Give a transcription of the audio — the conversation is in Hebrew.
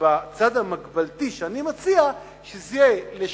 בצעד המגבלתי שאני מציע, שזה יהיה לשנה,